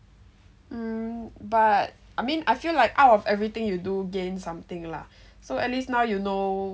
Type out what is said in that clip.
um but I mean I feel like out of everything you do gain something lah so at least now you know what